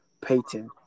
Payton